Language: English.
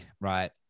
right